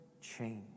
change